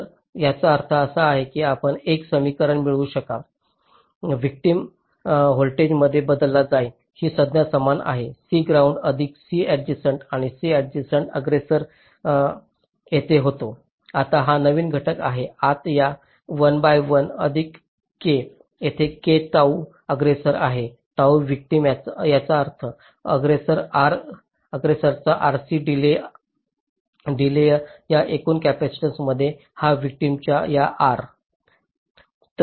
तर याचा अर्थ असा की आपण असे एक समीकरण मिळवू शकता व्हिक्टिम व्होल्टेजमध्ये बदल होईल ही संज्ञा समान आहे C ग्राउंड अधिक C ऍडजेसंट आणि C ऍडजेसंट अग्ग्रेसोर तेथे होता आता हा नवीन घटक आहे आत या 1 बाय 1 अधिक के जेथे k ताऊ अग्ग्रेसोर आहे ताऊ व्हिक्टिम याचा अर्थ अग्ग्रेसोर R अग्ग्रेसोरचा RC डीलेय या एकूण कपॅसिटीन्समध्ये आणि व्हिक्टिमेच्या या R